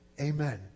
Amen